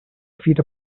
feet